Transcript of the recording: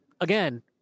again